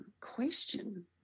question